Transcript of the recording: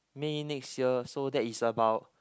May next year so that is about